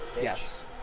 Yes